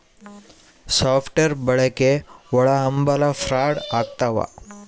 soft wear ಬಳಕೆ ಒಳಹಂಭಲ fraud ಆಗ್ತವ